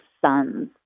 son's